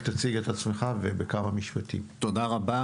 תודה רבה.